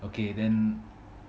okay then